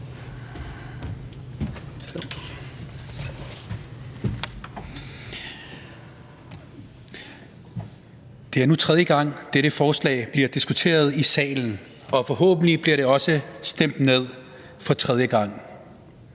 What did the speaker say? Det er nu tredje gang, dette forslag bliver diskuteret i salen, og forhåbentlig bliver det også stemt ned for tredje gang.